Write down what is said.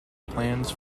plans